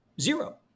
Zero